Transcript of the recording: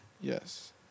Yes